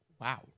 wow